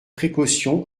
précaution